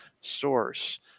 source